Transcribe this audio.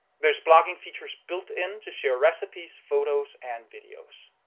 there's blogging features built in to share recipes, photos, and videos.